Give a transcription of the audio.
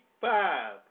five